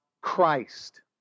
Christ